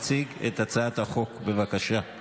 הצעת חוק התכנון